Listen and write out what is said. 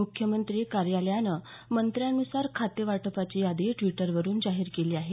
मुख्यमंत्री कार्यालयानं मंत्र्यांनुसार खातेवाटपाची यादी द्विटरवरून जाहीर केली आहे